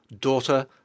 daughter